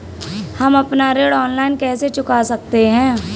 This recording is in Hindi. हम अपना ऋण ऑनलाइन कैसे चुका सकते हैं?